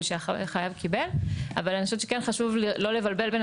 שהחייב קיבל אבל אני חושבת שכן חשוב לא לבלבל בין